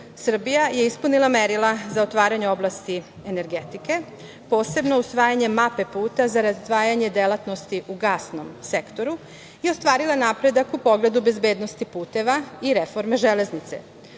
Srbija je ispunila merila za otvaranje oblasti energetike, posebno usvajanjem mape puta za razdvajanje delatnosti u gasnom sektoru i ostvarila napredak u pogledu bezbednosti puteva i reforme železnice.